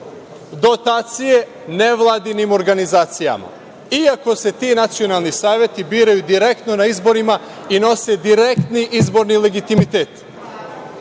dotacije nevladinim organizacijama, iako se ti nacionalni saveti biraju direktno na izborima i nose direktni izborni legitimitet. Što